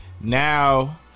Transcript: now